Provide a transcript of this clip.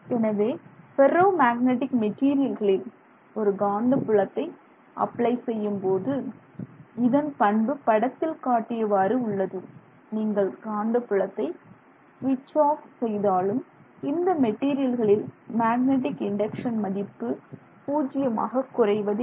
எனவே ferromagnetic மெட்டீரியல்களில் ஒரு காந்தப்புலத்தை அப்ளை செய்யும்போது இதன் பண்பு படத்தில் காட்டியவாறு உள்ளது நீங்கள் காந்தப்புலத்தை ஸ்விட்ச் ஆஃப் செய்தாலும் இந்த மெட்டீரியல்களில் மேக்னடிக் இன்டக்சன் மதிப்பு பூஜ்ஜியமாக குறைவதில்லை